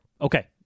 Okay